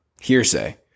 hearsay